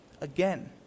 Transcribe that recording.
again